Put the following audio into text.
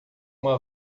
uma